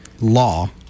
law